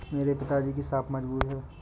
मेरे पिताजी की साख मजबूत है